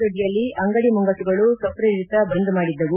ದೊಡ್ಡಿಯಲ್ಲಿ ಅಂಗಡಿ ಮುಂಗಟ್ಟುಗಳು ಸ್ವಪ್ರೇರಿತ ಬಂದ್ ಮಾಡಿದ್ದವು